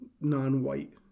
non-white